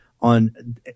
on